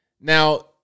Now